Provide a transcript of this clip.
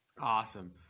Awesome